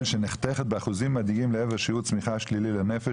שנחתכת באחוזים מדאיגים לעבר שיעור צמיחה שלילי לנפש,